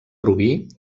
rubí